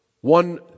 One